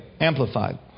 Amplified